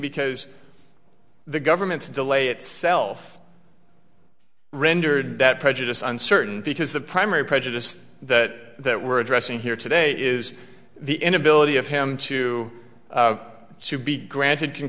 because the government's delay itself rendered that prejudice uncertain because the primary prejudiced that we're addressing here today is the inability of him to should be granted c